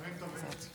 חברי הכנסת,